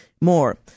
more